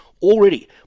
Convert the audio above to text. Already